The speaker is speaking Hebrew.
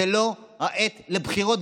זו לא העת לבחירות.